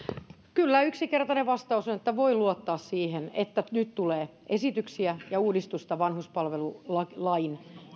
kyllä yksinkertainen vastaus on voi luottaa siihen että nyt tulee esityksiä ja uudistusta vanhuspalvelulain